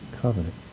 covenant